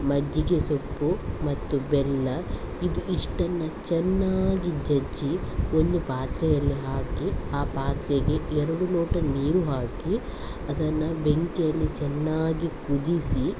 ಮಜ್ಜಿಗೆ ಸೊಪ್ಪು ಮತ್ತು ಬೆಲ್ಲ ಇದು ಇಷ್ಟನ್ನು ಚೆನ್ನಾಗಿ ಜಜ್ಜಿ ಒಂದು ಪಾತ್ರೆಯಲ್ಲಿ ಹಾಕಿ ಆ ಪಾತ್ರೆಗೆ ಎರಡು ಲೋಟ ನೀರು ಹಾಕಿ ಅದನ್ನು ಬೆಂಕಿಯಲ್ಲಿ ಚೆನ್ನಾಗಿ ಕುದಿಸಿ